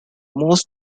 most